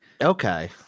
Okay